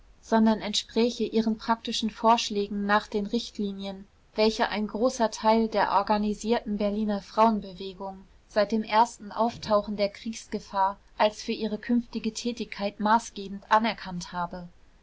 sondern entspräche ihren praktischen vorschlägen nach den richtlinien welche ein großer teil der organisierten berliner frauenbewegung seit dem ersten auftauchen der kriegsgefahr als für ihre künftige tätigkeit maßgebend anerkannt habe